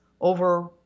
over